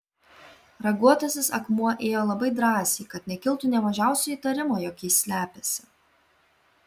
raguotasis akmuo ėjo labai drąsiai kad nekiltų nė mažiausio įtarimo jog jis slepiasi